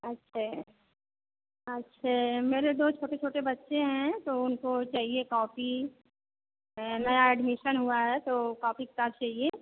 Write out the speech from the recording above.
अच्छे अच्छे मेरे दो छोटे छोटे बच्चे हैं तो उनको चाहिए कॉपी नया एडमिसन हुआ है तो कॉपी किताब चाहिए